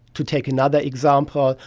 to take another example,